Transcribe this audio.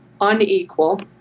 unequal